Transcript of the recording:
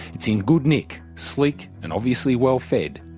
it's in good nick, sleek and obviously well fed.